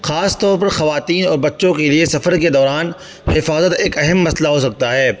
خاص طور پر خواتین اور بچوں کے لیے سفر کے دوران حفاظت ایک اہم مسئلہ ہو سکتا ہے